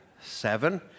seven